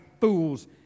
fools